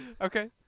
Okay